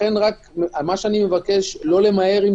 לכן אני מבקש לא למהר את זה.